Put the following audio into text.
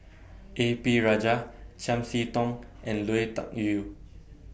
A P Rajah Chiam See Tong and Lui Tuck Yew